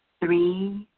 three,